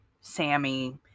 Sammy